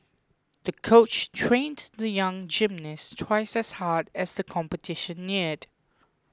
the coach trained the young gymnast twice as hard as the competition neared